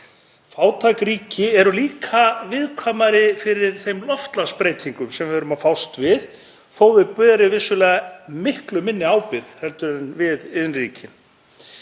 Fátæk ríki eru líka viðkvæmari fyrir þeim loftslagsbreytingum sem við erum að fást við þó að þau beri vissulega miklu minni ábyrgð en við iðnríkin.